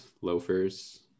loafers